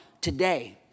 today